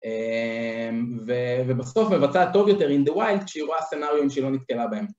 ובסוף מבצע טוב יותר in the wild כשהיא רואה סנאריום שהיא לא נתקלה בהם.